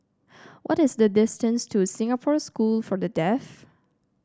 what is the distance to Singapore School for the Deaf